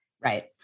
Right